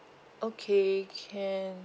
okay can